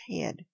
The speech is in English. head